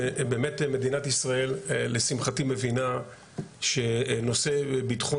שבאמת מדינת ישראל לשמחתי מבינה שנושא ביטחון